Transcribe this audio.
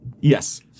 Yes